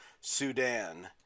Sudan